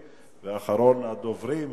4703,